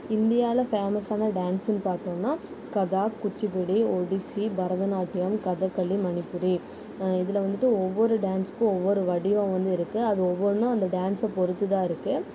இந்தியாவில் பேமஸான டேன்ஸுன்னு பார்த்தோன்னா கதாக் குச்சிபுடி ஒடிசி பரதநாட்டியம் கதக்களி மணிப்புடி இதில் வந்துவிட்டு ஒவ்வொரு டேன்ஸுக்கும் ஒவ்வொரு வடிவம் வந்து இருக்குது அது ஒவ்வொன்னும் அந்த டேன்ஸை பொருத்துதான் இருக்கும்